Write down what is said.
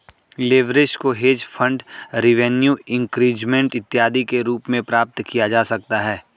leverage को hedge fund revenue increment इत्यादि के रूप में प्राप्त किया जा सकता है